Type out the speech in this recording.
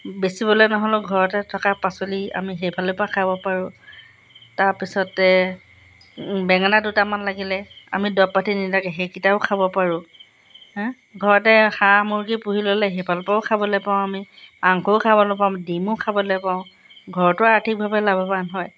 বেচিবলৈ নহ'লেও ঘৰতে থকা পাচলি আমি সেইফালৰ পৰা খাব পাৰোঁ তাৰপিছতে বেঙেনা দুটামান লাগিলে আমি দৰৱ পাতি নিদিয়াকৈ সেইকিটাও খাব পাৰোঁ ঘৰতে হাঁহ মুৰ্গী পুহি ল'লে সেইফালৰ পৰাও খাবলৈ পাওঁ আমি মাংসও খাবলৈ পাওঁ ডিমো খাবলৈ পাওঁ ঘৰতো আৰ্থিকভাৱে লাভৱান হয়